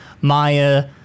Maya